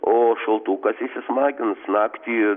o šaltukas įsismagins naktį du